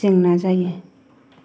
जेंना जायो